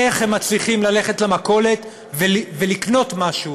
איך הם מצליחים ללכת למכולת ולקנות משהו